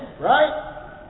Right